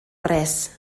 res